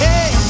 Hey